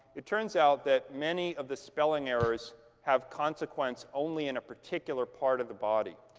it turns out that many of the spelling errors have consequences only in a particular part of the body.